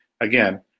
again